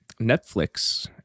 Netflix